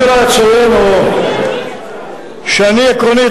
אני אולי אציין שאני עקרונית,